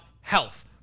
health